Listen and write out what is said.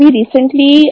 recently